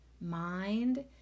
mind